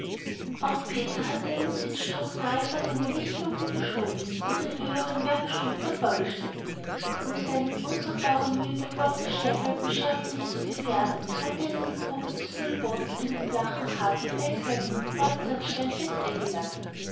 auch peter hatte seinen sitzstrunk nahe vor seine lichtluke geschoben und den höheren werkstrunk davorgestellt um sein mit unsagbarer mühe durchlochtes steinbeil beim schärfen nicht zu gefährden hatte er in eine grube des höhlenbodens einen flachen harten feinkörnigen quarzsandstein fest eingelassen